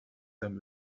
them